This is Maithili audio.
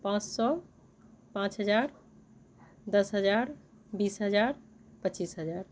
पाँच सए पाँच हजार दश हजार बीस हजार पच्चीस हजार